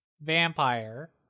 vampire